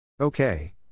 Okay